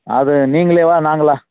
அது நீங்களேவா நாங்களாக